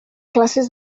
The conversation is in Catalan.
classes